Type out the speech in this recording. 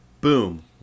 boom